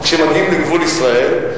כשמגיעים לגבול ישראל,